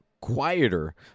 quieter